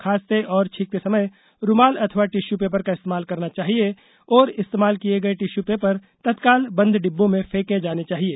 खांसते और छींकते समय रूमाल अथवा टिश्यू पेपर का इस्तेरमाल करना चाहिए और इस्तेमाल किये गये टिश्यू पेपर तत्काल बंद डिब्बों में फेंके जाने चाहिए